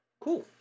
Cool